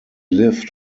lived